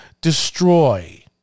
destroy